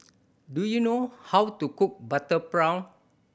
do you know how to cook butter prawn